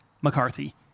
McCarthy